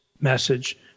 message